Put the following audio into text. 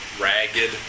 ragged